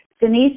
Denise